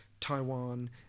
Taiwan